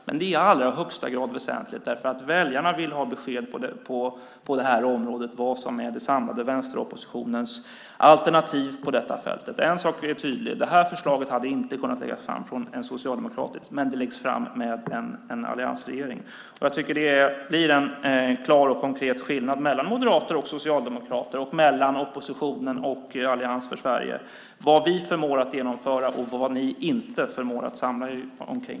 Men det är i allra högsta grad väsentligt därför att väljarna vill ha besked på detta område om vad som är den samlade vänsteroppositionens alternativ på detta fält. En sak är tydlig: Detta förslag hade inte kunnat läggas fram av en socialdemokratisk regering. Men det läggs fram av en alliansregering. Det blir en klar och konkret skillnad mellan moderater och socialdemokrater och mellan oppositionen och Allians för Sverige när det gäller vad vi förmår att genomföra och vad ni inte förmår att samla er kring.